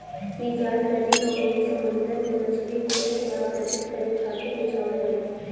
इ जाल नदी अउरी समुंदर में मछरी कुल के आकर्षित करे खातिर बिछावल जाला